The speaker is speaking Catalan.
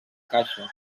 caixa